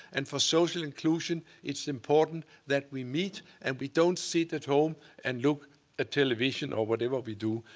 and for social inclusion it's important that we meet and we don't sit at home and look at television or whatever we do.